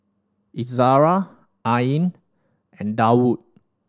Izara Ain and Daud